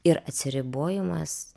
ir atsiribojimas